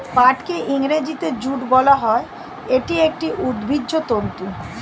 পাটকে ইংরেজিতে জুট বলা হয়, এটি একটি উদ্ভিজ্জ তন্তু